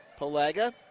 Pelega